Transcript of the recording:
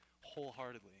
wholeheartedly